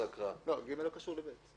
סעיף (ג) לא קשור ל-(ב).